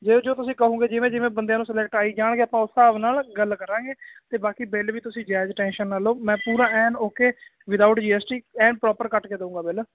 ਜੋ ਤੁਸੀਂ ਕਹੋਗੇ ਜਿਵੇਂ ਜਿਵੇਂ ਬੰਦਿਆਂ ਨੂੰ ਸਲੈਕਟ ਆਈ ਜਾਣਗੇ ਆਪਾਂ ਉਸ ਹਿਸਾਬ ਨਾਲ ਗੱਲ ਕਰਾਂਗੇ ਤੇ ਬਾਕੀ ਬਿੱਲ ਵੀ ਤੁਸੀਂ ਜਾਇਜ਼ ਟੈਂਸ਼ਨ ਨਾ ਲਓ ਮੈਂ ਪੂਰਾ an okay without GST and proper ਕੱਟ ਕੇ ਦਊਂਗਾ ਬਿਲ